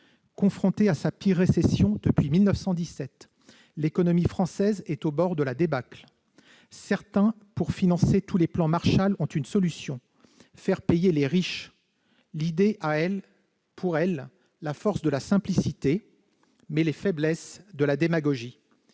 Confrontée à sa pire récession depuis 1917, l'économie française est au bord de la débâcle. Pour financer tous les « plans Marshall », certains ont une solution : faire payer les riches. L'idée a pour elle la force de la simplicité, mais elle a les faiblesses de la démagogie,